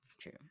true